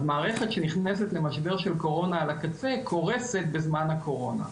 אז מערכת שנכנסת למשבר של קורונה על הקצה קורסת בזמן הקורונה.